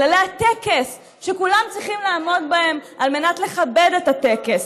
כללי הטקס שכולם צריכים לעמוד בהם על מנת לכבד את הטקס.